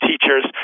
teachers